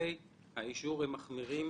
תהליכי האישור הם מחמירים,